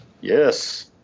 Yes